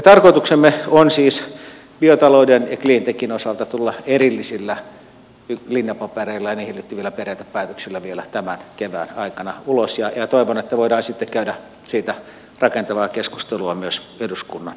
tarkoituksemme on siis biotalouden ja cleantechin osalta tulla erillisillä linjapapereilla ja niihin liittyvillä periaatepäätöksillä vielä tämän kevään aikana ulos ja toivon että voidaan sitten käydä siitä rakentavaa keskustelua myös eduskunnan kanssa